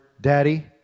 daddy